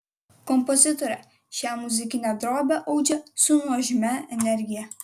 kompozitorė šią muzikinę drobę audžia su nuožmia energija